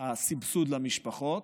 הסבסוד למשפחות,